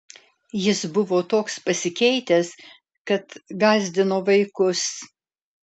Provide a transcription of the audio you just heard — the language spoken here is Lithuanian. jis buvo toks pasikeitęs kad gąsdino vaikus